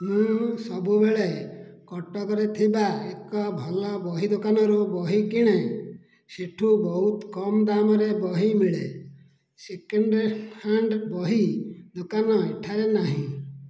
ମୁଁ ସବୁବେଳେ କଟକରେ ଥିବା ଏକ ଭଲ ବହି ଦୋକାନରୁ ବହି କିଣେ ସେଠୁ ବହୁତ କମ ଦାମ ରେ ବହି ମିଳେ ସେକେଣ୍ଡ ହ୍ୟାଣ୍ଡ ବହି ଦୋକାନ ଏଠାରେ ନାହିଁ